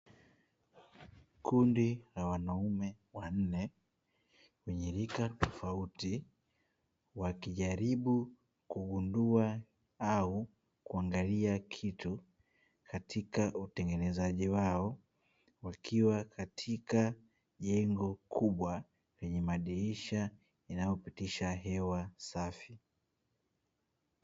Kundi la wanaume wanne wenye rika tofauti, wakijaribu kugundua au kuangalia kitu katika utengenezaji wao wakiwa katika jengo kubwa lenye madirisha yanayopitisha hewa safi.